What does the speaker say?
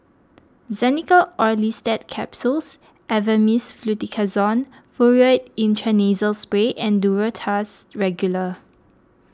Xenical Orlistat Capsules Avamys Fluticasone Furoate Intranasal Spray and Duro Tuss Regular